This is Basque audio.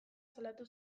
salatu